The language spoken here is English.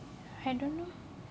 I don't know